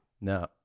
No